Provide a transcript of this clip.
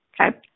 Okay